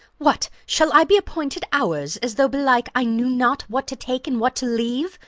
what! shall i be appointed hours, as though, belike, i knew not what to take and what to leave?